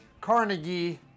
Carnegie